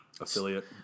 Affiliate